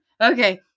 Okay